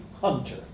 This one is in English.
hunter